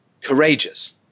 courageous